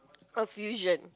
confusion